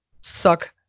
Suck